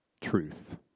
truth